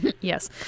yes